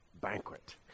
banquet